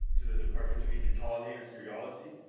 to the department of egyptology and assyriology,